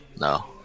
No